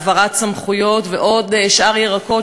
העברת סמכויות ועוד שאר ירקות,